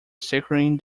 securing